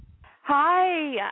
Hi